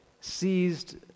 seized